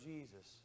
Jesus